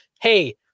hey